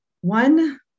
One